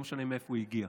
ולא משנה מאיפה הגיע.